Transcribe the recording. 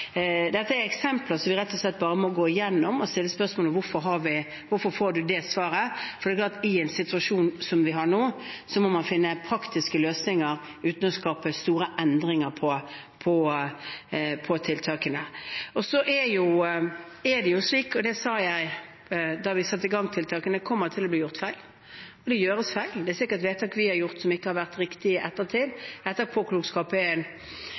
eksempler som vi rett og slett bare må gå igjennom og stille spørsmål om hvorfor man får det svaret. Det er klart at i en situasjon som vi har nå, må man finne praktiske løsninger uten å skape store endringer i tiltakene. Det er slik, og det sa jeg da vi satte i gang tiltakene, at det kommer til å bli gjort feil. Det gjøres feil. Det er sikkert vedtak vi har fattet som ikke har vært